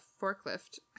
forklift